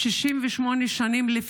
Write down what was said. לפני 68 שנים,